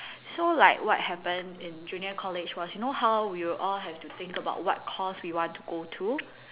so like what happened in junior college was you know how we will all have to think about what course we want to go to